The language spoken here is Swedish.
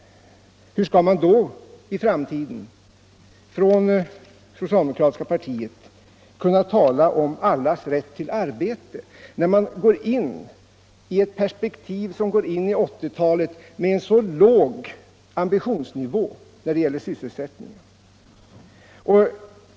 Hur skall man i framtiden från det socialdemokratiska partiet kunna tala om allas rätt till arbete, när man i ett perspektiv som sträcker sig in i 1980-talet har en så låg ambitionsnivå när det gäller sysselsättningen?